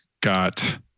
got